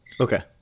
Okay